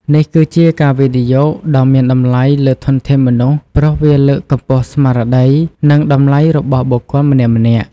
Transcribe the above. នេះគឺជាការវិនិយោគដ៏មានតម្លៃលើធនធានមនុស្ស ព្រោះវាលើកកម្ពស់ស្មារតី និងតម្លៃរបស់បុគ្គលម្នាក់ៗ។